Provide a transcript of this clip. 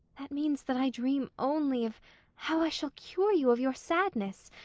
that means that i dream only of how i shall cure you of your sadness,